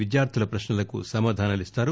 విద్యార్థుల ప్రశ్నలకు సమాధానాలిస్తారు